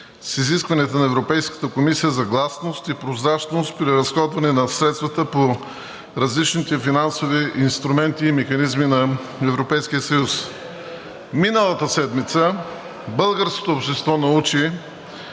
с изискванията на Европейската комисия за гласност и прозрачност при разходване на средствата по различните финансови инструменти и механизми на Европейския съюз. Миналата седмица българското общество научи,